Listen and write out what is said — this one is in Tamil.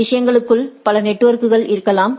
விஷயங்களுக்குள் பல நெட்வொர்க்குகள் இருக்கலாம்